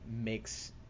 makes